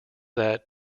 that